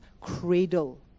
cradle